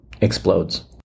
explodes